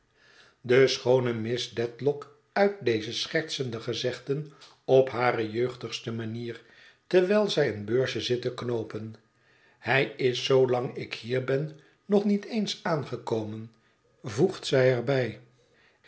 de schoone miss dedlock uit deze schertsende gezegden op hare jeugdigste manier terwijl zij een beursje zit te knoopen hij is zoolang ik hier ben nog niet eens aangekomen voegt zij er